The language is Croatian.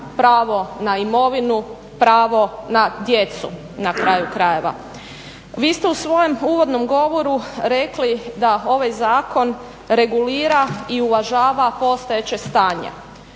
pravo na imovinu, pravo na djecu na kraju krajeva. Vi ste u svojem uvodnom govoru rekli da ovaj Zakon regulira i uvažava postojeće stanje.